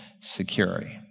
security